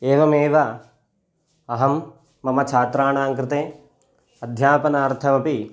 एवमेव अहं मम छात्राणां कृते अध्यापनार्थमपि